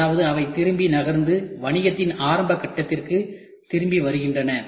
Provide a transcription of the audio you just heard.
அதாவது அவை திரும்பி நகர்ந்து வணிகத்தின் ஆரம்ப கட்டத்திற்கு திரும்பி வருகின்றன